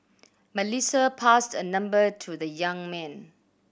Melissa passed a number to the young man